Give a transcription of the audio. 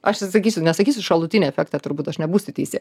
aš sakysiu nesakysiu šalutinį efektą turbūt aš nebūsiu teisi